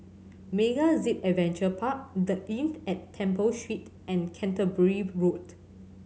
MegaZip Adventure Park The Inn at Temple Street and Canterbury Road